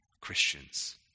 Christians